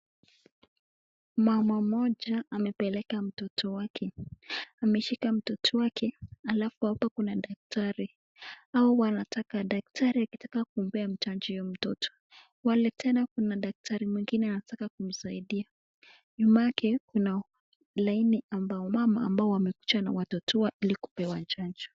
Mama moja amepeleka mtoto wake, ameshika mtoto wake halafu hapa kuna daktari. Hawa wanataka daktari akitaka kumpea chanjo huyo mtoto. Pale tena kuna daktari mwingine anataka kumsaidia, nyuma yake kuna laini ambao mama ambao wamekuja na watoto wao ili kupewa chanjo.